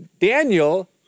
Daniel